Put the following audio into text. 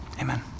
amen